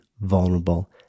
vulnerable